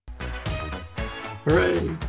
Hooray